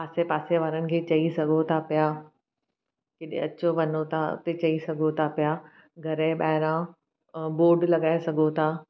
आसे पासे वारनि खे चई सघो था पिया किथे अचो वञो था हुते चई सघो था पिया घर जे ॿाहिरां बोर्ड लॻाए सघो था